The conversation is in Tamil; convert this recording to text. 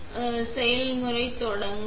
மூடி மூடி மற்றும் செயல்முறை தொடங்க